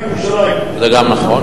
זה גם נכון.